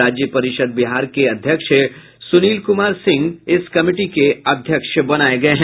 राजस्व परिषद बिहार के अध्यक्ष सुनील कुमार सिंह इस कमिटी के अध्यक्ष बनाये गये हैं